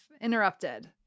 interrupted